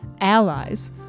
allies